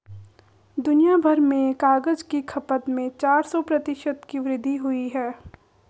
दुनियाभर में कागज की खपत में चार सौ प्रतिशत की वृद्धि हुई है